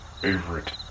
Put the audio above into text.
favorite